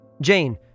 Jane